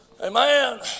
Amen